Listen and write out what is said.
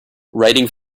writing